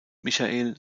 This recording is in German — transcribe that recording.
michael